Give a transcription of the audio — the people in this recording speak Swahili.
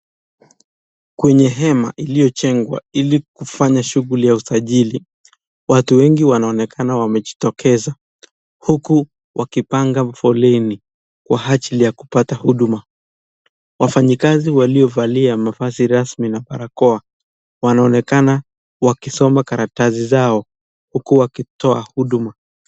Kwenye hema iliyo chengwa ili kufanya shughuli ya usajili watu wengi wanaonekana wamejitokeza huku wakipanga mfoleni kwa hajili ya kupata huduma wafanyikazi waliovalia mavazi rasmi na barakoa wanaonekana wakisoma karatasi zao huku wakitoa huduma